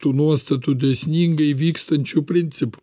tų nuostatų dėsningai vykstančių principų